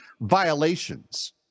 violations